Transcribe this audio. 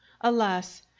Alas